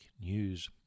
news